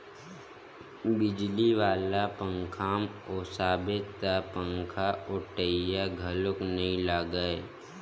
बिजली वाला पंखाम ओसाबे त पंखाओटइया घलोक नइ लागय